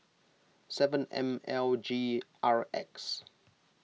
seven M L G R X